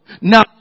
Now